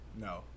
No